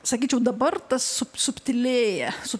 sakyčiau dabar tas sub subtilėja su